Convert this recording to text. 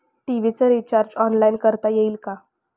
TV चे recharge online करता येईल का?